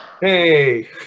Hey